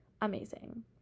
Amazing